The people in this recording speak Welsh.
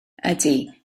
ydy